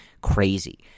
crazy